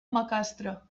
macastre